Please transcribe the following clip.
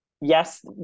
Yes